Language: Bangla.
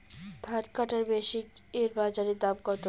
ধান কাটার মেশিন এর বাজারে দাম কতো?